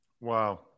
Wow